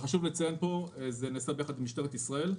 חשוב לציין פה שזה נעשה ביחד עם משטרת ישראל,